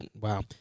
wow